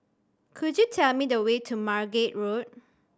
could you tell me the way to Margate Road